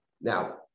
Now